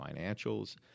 financials